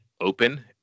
open